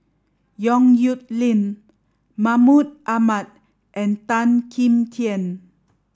Yong Nyuk Lin Mahmud Ahmad and Tan Kim Tian